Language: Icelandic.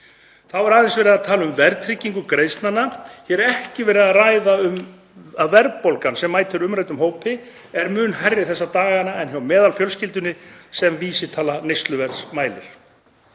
Þá er aðeins verið að tala um verðtryggingu greiðslnanna, hér er ekki verið að ræða um að verðbólgan sem mætir umræddum hópi er mun hærri þessa dagana en hjá meðalfjölskyldunni sem vísitala neysluverðs mælir.